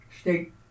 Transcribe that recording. State